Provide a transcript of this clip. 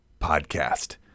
podcast